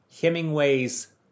Hemingway's